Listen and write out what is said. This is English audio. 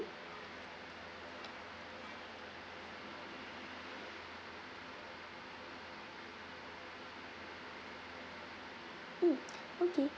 mm okay